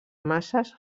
masses